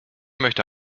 möchte